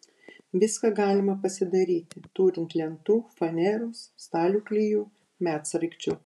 viską galima pasidaryti turint lentų faneros stalių klijų medsraigčių